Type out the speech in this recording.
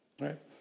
right